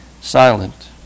silent